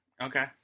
okay